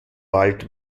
wald